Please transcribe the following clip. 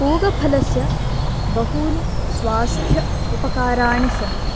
पूगफलस्य बहूनि स्वास्थ्य उपकाराणि सन्ति